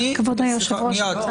אני מוטרד מדבר אחד, אני מוטרד